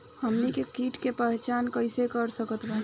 हमनी के कीट के पहचान कइसे कर सकत बानी?